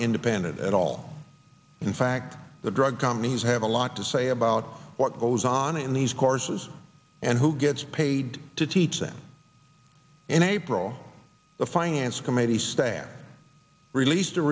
independent at all in fact the drug companies have a lot to say about what goes on in these courses and who gets paid to teach them in april the finance committee staff released a